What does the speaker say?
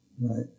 Right